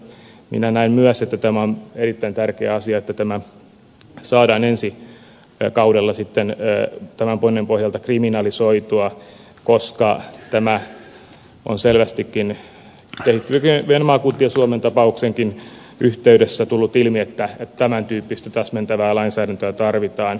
minä näen myös että tämä on erittäin tärkeä asia että tämä saadaan ensi kaudella sitten tämän ponnen pohjalta kriminalisoitua koska tämä on selvästikin kehittyvien maakuntien suomen tapauksenkin yhteydessä tullut ilmi että tämän tyyppistä täsmentävää lainsäädäntöä tarvitaan